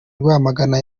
rwamagana